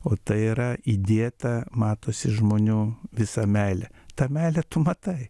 o tai yra įdėta matosi žmonių visa meilė tą meilę tu matai